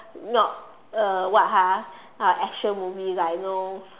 not uh what ha action movie like you know